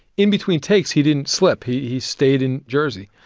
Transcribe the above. in between takes, he didn't slip. he he stayed in jersey.